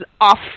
off